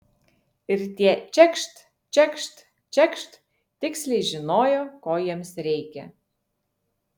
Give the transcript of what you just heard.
ir tie čekšt čekšt čekšt tiksliai žinojo ko jiems reikia